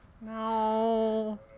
No